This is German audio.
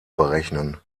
berechnen